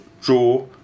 draw